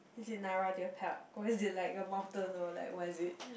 is it Nara-deer-park what is it like a mountain or like what is it